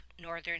northern